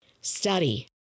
Study